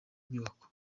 nyubako